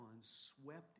swept